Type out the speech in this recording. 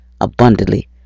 abundantly